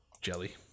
Jelly